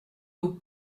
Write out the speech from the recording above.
aux